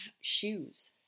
shoes